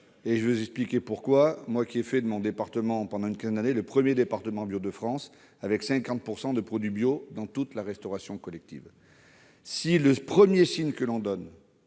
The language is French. Je vais vous en donner les raisons, moi qui ai fait de mon département, pendant une quinzaine d'années, le premier département « bio » de France, avec 50 % de produits bio proposés dans toute la restauration collective. Si le premier signe que l'on donne